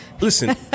listen